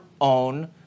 own